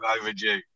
overdue